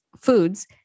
foods